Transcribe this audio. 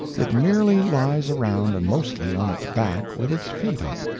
it merely lies around, and mostly on its back, with its feet up.